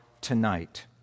tonight